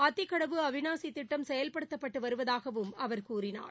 அத்திக் கடவு அவினாசித் திட்டம் செயல்படுத்தப்பட்டு வருவதாகவும் அவர் கூறினார்